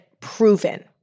proven